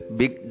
big